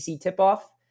tip-off